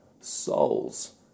souls